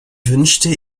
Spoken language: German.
wünschte